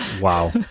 wow